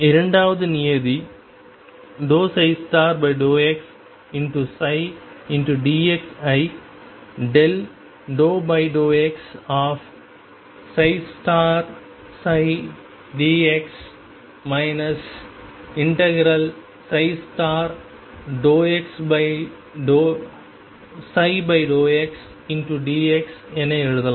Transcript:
இரண்டாவது நியதி ∂xψdx ஐ ∫∂xdx ∫∂ψ∂xdx என எழுதலாம்